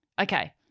Okay